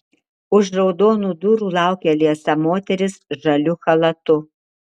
už raudonų durų laukia liesa moteris žaliu chalatu